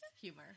humor